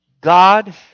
God